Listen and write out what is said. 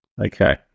Okay